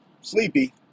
Sleepy